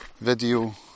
video